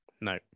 No